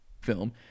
film